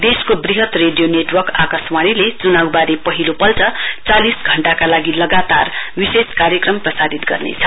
देशको वृहत radio network आकाशवाणीले चुनाउवारे पहिलो पल्ट चालिस घण्टाका लागि लगातार विशेष कार्यक्रम प्रसारित गर्नेछ